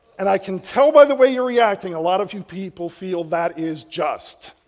and i can tell by the way you're reacting, a lot of you people feel that is just.